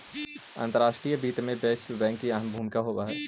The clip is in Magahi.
अंतर्राष्ट्रीय वित्त में विश्व बैंक की अहम भूमिका होवअ हई